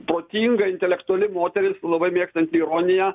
protinga intelektuali moteris labai mėgstanti ironiją